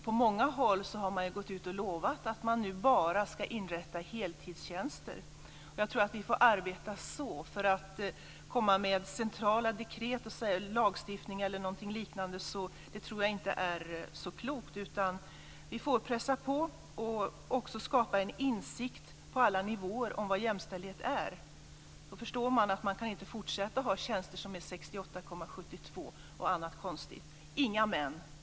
På många håll har man gått ut och lovat att man nu bara ska inrätta heltidstjänster. Jag tror att vi får arbeta så. Att komma med centrala dekret, lagstiftning eller något liknande, tror jag inte är så klokt. Vi får pressa på, och också skapa en insikt på alla nivåer om vad jämställdhet är. Då förstår man att man inte kan fortsätta att ha tjänster som ligger på 68,72 och annat konstigt.